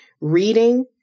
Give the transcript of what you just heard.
reading